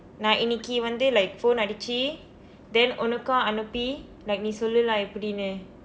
நான் இணைக்கு வந்து:naan inaikku vanthu like phone அடிச்சு:adicchu then உனக்கும் அனுப்பி:unakkum anuppi like நீ சொல்லு:ni sollu lah எப்படினு:eppadinu